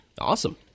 Awesome